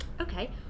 Okay